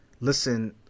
listen